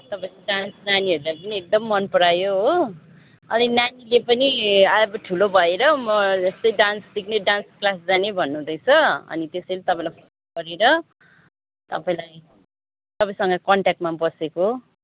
तपाईँको डान्स नानीहरूले पनि एकदम मनपरायो हो अनि नानीले पनि अब ठुलो भएर म यस्तै डान्स सिक्ने डान्स क्लास जाने भन्नुहुँदैछ अनि त्यसैले तपाईँलाई फोन गरेर तपाईँलाई तपाईँसँग कन्ट्याक्टमा बसेको